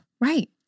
Right